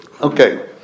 Okay